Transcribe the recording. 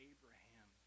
Abraham